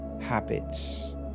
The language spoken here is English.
habits